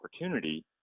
opportunity